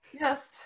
Yes